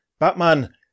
Batman